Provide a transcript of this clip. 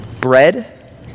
Bread